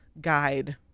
guide